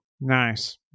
Nice